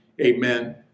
Amen